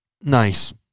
Nice